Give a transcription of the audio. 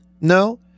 No